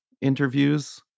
interviews